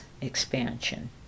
expansion